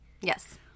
Yes